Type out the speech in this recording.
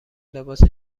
لباس